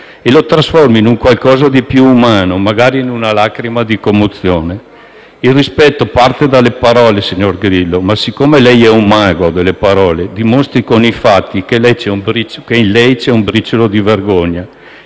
e lo trasformi in qualcosa di più umano, magari in una lacrima di commozione. Il rispetto parte dalle parole, signor Grillo, ma siccome lei è un mago delle parole, dimostri con i fatti che in lei c'è un briciolo di vergogna.